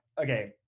Okay